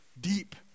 Deep